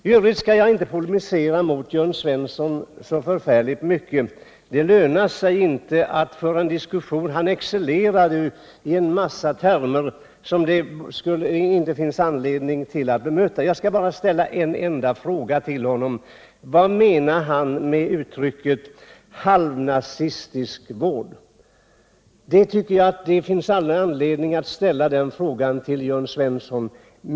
I övrigt skall jag inte polemisera mot Jörn Svensson så mycket. Det lönar sig inte att föra en diskussion med honom. Han excellerade i en mängd termer och synpunkter, som det inte finns anledning att bemöta. Jag skall bara ställa en enda fråga till honom: Vad menar ni med uttrycket ”halvnazistisk vård”? Jag tycker att det finns all anledning att ställa den frågan till Jörn Svensson.